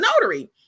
notary